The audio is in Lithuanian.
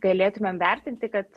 galėtumėm vertinti kad